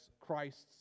Christ's